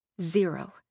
Zero